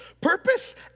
Purpose